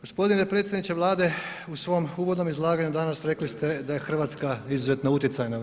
Gospodine predsjedniče Vlade u svom uvodnom izlaganju danas rekli ste da je Hrvatska izuzetno utjecajna u EU.